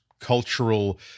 cultural